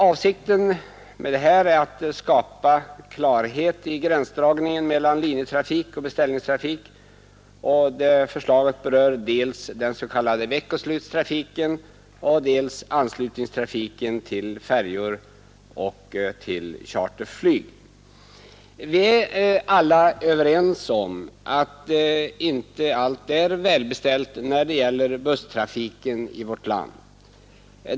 Avsikten i propositionen är att skapa klarhet i gränsdragningen mellan linjetrafik och beställningstrafik. Förslaget berör dels den s.k. veckoslutstrafiken, dels anslutningstrafiken till färjor och till charterflyg. Vi är alla överens om att inte allt är välbeställt när det gäller busstrafiken i vårt land.